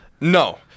No